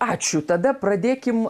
ačiū tada pradėkim